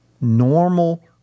normal